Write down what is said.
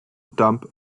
dump